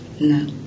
No